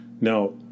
Now